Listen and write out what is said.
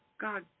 God